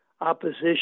opposition